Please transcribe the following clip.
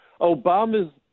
obama's